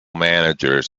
managers